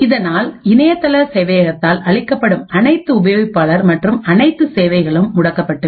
இதனால் இணையதள சேவையகத்தால் அளிக்கப்படும் அனைத்து உபயோகிப்பாளர்கள் மற்றும் அனைத்து சேவைகளும் முடக்கப்பட்டு விடும்